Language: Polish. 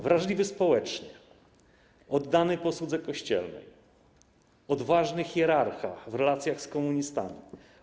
Wrażliwy społecznie, oddany posłudze kościelnej, odważny hierarcha w relacjach z komunistami.